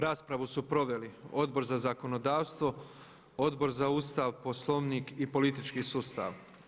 Raspravu su proveli Odbor za zakonodavstvo, Odbor za Ustav, Poslovnik i politički sustav.